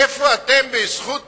איפה אתם, בזכות